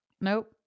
Nope